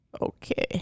okay